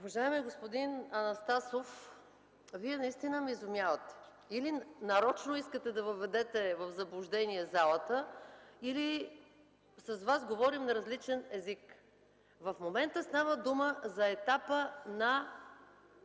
Уважаеми господин Анастасов, Вие наистина ме изумявате. Или нарочно искате да въведете в заблуждение залата, или с Вас говорим на различен език. В момента става дума за етапа на